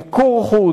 מיקור חוץ,